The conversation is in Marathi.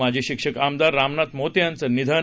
माजी शिक्षक आमदार रामनाथ मोते यांचं निधन